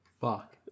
Fuck